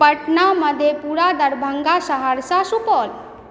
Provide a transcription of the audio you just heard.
Patna Madhepura Darbhanga Saharsa Supaul